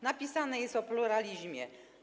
Napisane jest o pluralizmie.